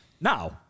now